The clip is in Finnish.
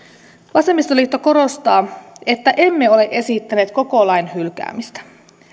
vasemmistoliitto korostaa että emme ole esittäneet koko lain hylkäämistä